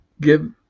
give